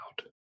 out